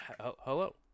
hello